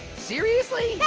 seriously?